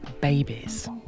babies